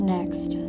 Next